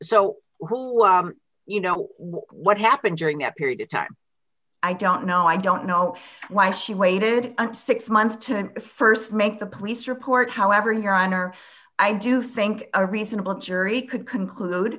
so who you know what happened during that period of time i don't know i don't know why she waited until six months to st make the police report however here on her i do think a reasonable jury could conclude